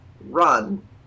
run